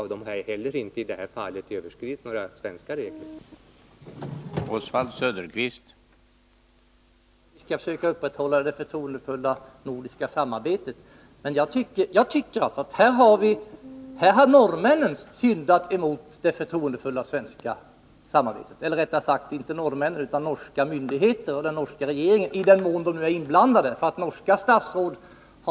I det här fallet har heller inte några svenska regler överskridits.